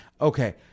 Okay